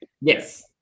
Yes